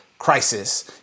crisis